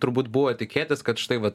turbūt buvo tikėtis kad štai vat